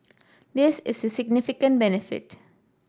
this is a significant benefit